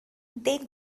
they